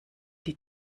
die